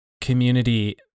community